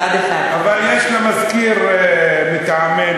1:1. אבל יש לה מזכיר מטעמנו,